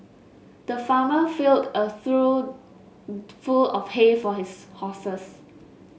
the farmer filled a trough full of hay for his horses